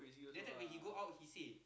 later when he go out he say